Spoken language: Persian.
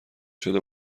شده